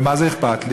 ומה זה אכפת לי?